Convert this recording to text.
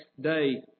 day